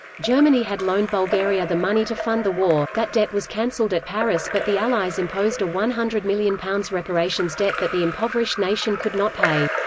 germany had loaned bulgaria the money to fund the war that debt was cancelled at paris but the allies imposed a one hundred million pounds reparations debt that the impoverished nation could not pay.